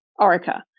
Orica